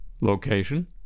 location